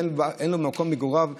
ושאין במקום המגורים הטענה.